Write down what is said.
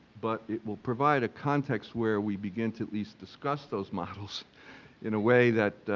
but it will provide a context where we begin to at least discuss those models in a way that,